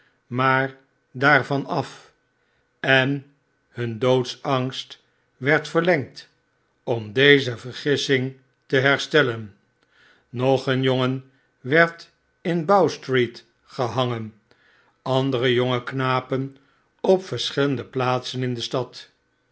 maar daarvan af en hun doodsangst werd verlengd om deze vergissing te herstellen nog een jongen werd in bow-street gehangen andere jonge knapen op verschillende plaatsen in de stad